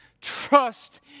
Trust